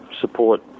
support